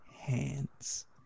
hands